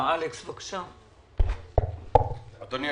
אדוני,